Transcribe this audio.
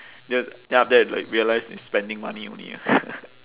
ya then after that like realise I'm spending money only ah